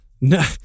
No